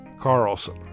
Carlson